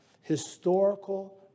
historical